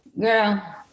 Girl